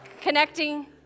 Connecting